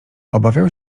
obawiał